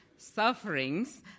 sufferings